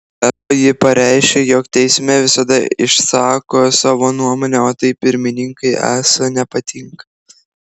be to ji pareiškė jog teisme visada išsako savo nuomonę o tai pirmininkei esą nepatinka